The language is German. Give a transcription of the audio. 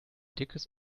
dickes